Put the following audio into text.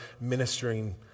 ministering